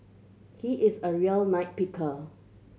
he is a real picker